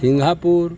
Singapore